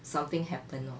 something happen lor